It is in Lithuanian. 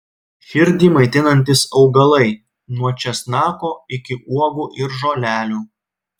širdį maitinantys augalai nuo česnako iki uogų ir žolelių